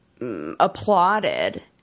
applauded